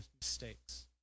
mistakes